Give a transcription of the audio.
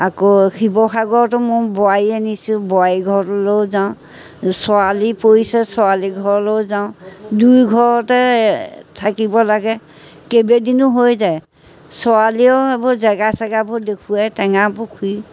আকৌ শিৱসাগৰতো মোৰ বোৱাৰী আনিছোঁ বোৱাৰীৰ ঘৰলৈও যাওঁ ছোৱালী পৰিছে ছোৱালীৰ ঘৰলৈও যাওঁ দুই ঘৰতে থাকিব লাগে কেইবাদিনো হৈ যায় ছোৱালীও এইবোৰ জেগা চেগাবোৰ দেখুৱাই টেঙাপুখুৰী